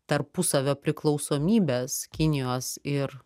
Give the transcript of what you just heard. tarpusavio priklausomybės kinijos ir